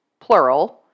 plural